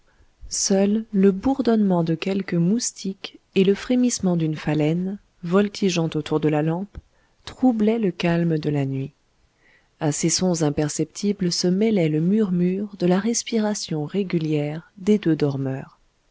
seul le bourdonnement de quelques moustiques et le frémissement d'une phalène voltigeant autour de la lampe troublaient le calme de la nuit a ces sons imperceptibles se mêlait le murmure de la respiration régulière des deux dormeurs